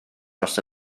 dros